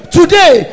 today